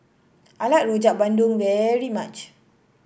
I like Rojak Bandung very much